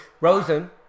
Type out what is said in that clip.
Rosen